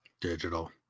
Digital